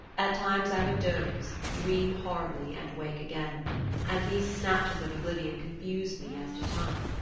at times i would doze, dream horribly, and wake again and these snatches of oblivion confused me as to time.